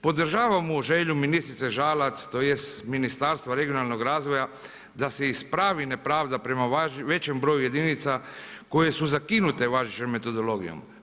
Podržavamo želju ministrice Žalac, tj. Ministarstva regionalnog razvoja da se ispravi nepravda prema većem broju jedinica koje su zakinute važećom metodologijom.